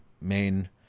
main